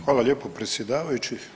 Hvala lijepo, predsjedavajući.